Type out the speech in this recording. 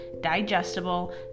digestible